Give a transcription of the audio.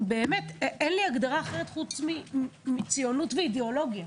אין לי הגדרה אחרת מלבד ציונות ואידיאולוגיה,